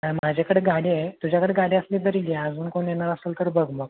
काय माझ्याकडं गाडी आहे तुझ्याकडं गाडी असली तरी घे अजून कोण येणार असंल तर बघ मग